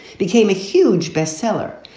became a huge bestseller.